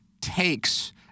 takes